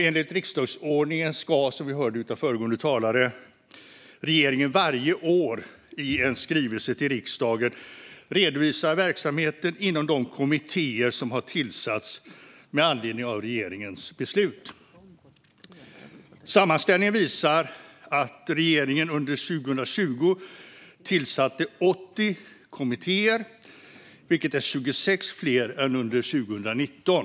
Enligt riksdagsordningen ska regeringen, som vi hörde av föregående talare, varje år i en skrivelse till riksdagen redovisa verksamheten inom de kommittéer som har tillsatts med anledning av regeringens beslut. Sammanställningen visar att regeringen under 2020 tillsatte 80 kommittéer, vilket är 26 fler än under 2019.